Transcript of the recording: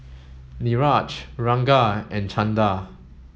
Niraj Ranga and Chanda